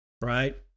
right